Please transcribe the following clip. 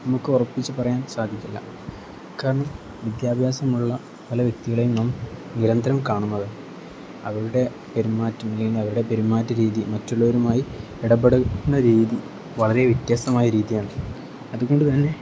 നമുക്ക് ഉറപ്പിച്ച് പറയാൻ സാധിക്കില്ല കാരണം വിദ്യാഭ്യാസമുള്ള പല വ്യക്തികളെയും നാം നിരന്തരം കാണുന്നത് അവരുടെ പെരുമാറ്റം അല്ലെങ്കിൽ അവരുടെ പെരുമാറ്റ രീതി മറ്റുള്ളവരുമായി ഇടപെടുന്ന രീതി വളരെ വ്യത്യസ്തമായ രീതിയാണ് അതുകൊണ്ട് തന്നെ